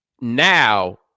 now